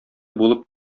булып